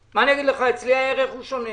אצלי הערך הוא שונה,